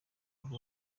avuga